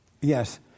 Yes